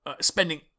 spending